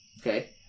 Okay